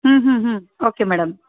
ಹ್ಞೂ ಹ್ಞೂ ಹ್ಞೂ ಓಕೆ ಮೇಡಮ್